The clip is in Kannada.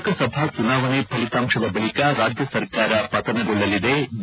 ಲೋಕಸಭಾ ಚುನಾವಣೆ ಫಲಿತಾಂಶದ ಬಳಿಕ ರಾಜ್ಯ ಸರ್ಕಾರ ಪತನಗೊಳ್ಳಲಿದೆ ಬಿ